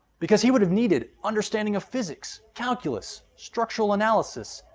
because he would have needed understanding of physics, calculus structural analysis,